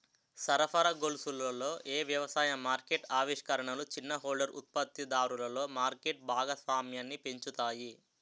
సరఫరా గొలుసులలో ఏ వ్యవసాయ మార్కెట్ ఆవిష్కరణలు చిన్న హోల్డర్ ఉత్పత్తిదారులలో మార్కెట్ భాగస్వామ్యాన్ని పెంచుతాయి?